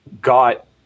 got